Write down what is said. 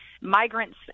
migrants